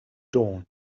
dawn